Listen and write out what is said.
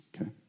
okay